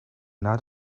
nad